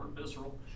visceral